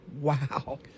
Wow